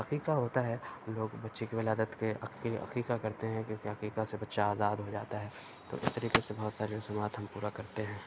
عقیقہ ہوتا ہے لوگ بچے کی ولادت پہ عقیقہ کرتے ہیں عقیقہ سے بچہ آزاد ہو جاتا ہے تو اِس طریقے سے بہت سارے رسومات ہم پورا کرتے ہیں